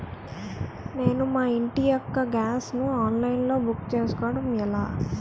నేను మా ఇంటి యెక్క గ్యాస్ ను ఆన్లైన్ లో బుక్ చేసుకోవడం ఎలా?